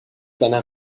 seine